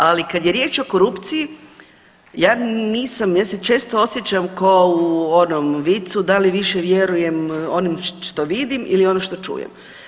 Ali kad je riječ o korupciji ja nisam, ja se često osjećam kao u onom vicu da li više vjerujem onom što vidim ili onom što čujem.